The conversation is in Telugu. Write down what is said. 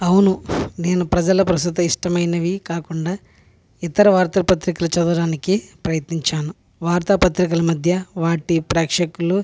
అవును నేను ప్రజల ప్రసతి ఇష్టమైనవి కాకుండా ఇతర వార్త పత్రికలు చదవడానికి ప్రయత్నించాను వార్తా పత్రికల మధ్య వాటి ప్రేక్షకులు